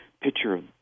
picture